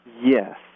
Yes